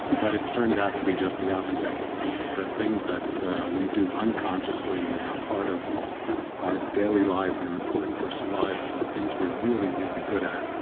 but it's turned out to be just the opposite. the things that we do unconsciously and are part of our daily lives and are important for survival are things we're really, really good at